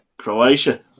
Croatia